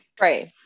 right